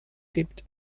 gibt